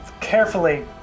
carefully